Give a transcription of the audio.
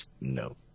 no